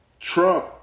Trump